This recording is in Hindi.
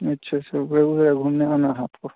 अच्छा सबरे उबरे घूमने आना है आपको